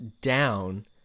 down